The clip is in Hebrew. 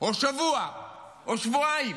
או שבוע או שבועיים,